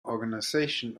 organization